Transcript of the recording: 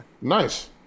nice